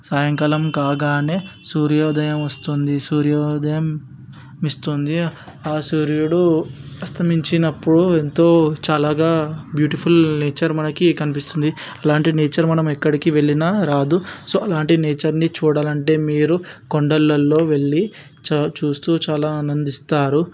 సాయంకాలం కాగానే సూర్యోదయం వస్తుంది సూర్యోదయమిస్తుంది ఆ సూర్యుడు అస్తమించినప్పుడు ఎంతో చల్లగా బ్యూటిఫుల్ నేచర్ మనకి కనిపిస్తుంది అలాంటి నేచర్ మనం ఎక్కడికి వెళ్లినా రాదు సో అలాంటి నేచర్ని చూడాలంటే మీరు కొండలల్లో వెళ్లి చా చూస్తూ చాలా ఆనందిస్తారు